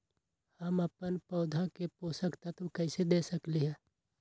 हम अपन पौधा के पोषक तत्व कैसे दे सकली ह?